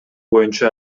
боюнча